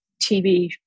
TV